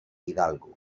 hidalgo